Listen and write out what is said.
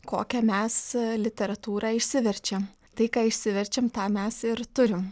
kokią mes literatūrą išsiverčiam tai ką išsiverčiam tą mes ir turim